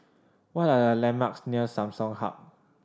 what are the landmarks near Samsung Hub